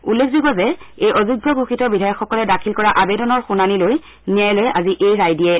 উল্লেখযোগ্য যে এই অযোগ্য ঘোষিত বিধায়কসকলে দাখিল কৰা আবেদনৰ শুনানি লৈ ন্যায়ালয়ে আজি এই ৰায় দিয়ে